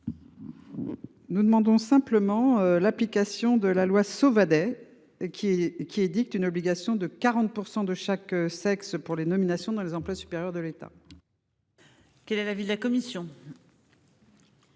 Nous demandons simplement l'application de la loi Sauvadet. Qui qui édicte une obligation de 40% de chaque sexe pour les nominations dans les emplois supérieurs de l'État. Quelle est la ville la commission.